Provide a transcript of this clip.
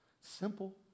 Simple